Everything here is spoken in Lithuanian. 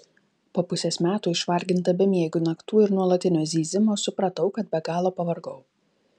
po pusės metų išvarginta bemiegių naktų ir nuolatinio zyzimo supratau kad be galo pavargau